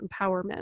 empowerment